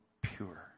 pure